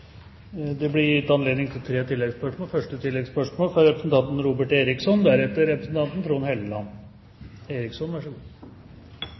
Det blir gitt anledning til tre oppfølgingsspørsmål – først Robert Eriksson.